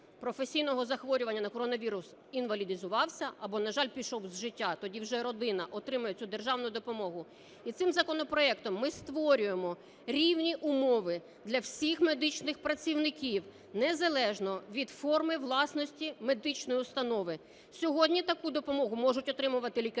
професійного захворювання на коронавірус інвалідизувався або, на жаль, пішов з життя, тоді вже родина отримує цю державну допомогу. І цим законопроектом ми створюємо рівні умови для всіх медичних працівників незалежно від форми власності медичної установи. Сьогодні таку допомогу можуть отримувати лікарі і